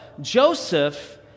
Joseph